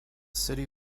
city